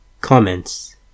Comments